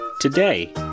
today-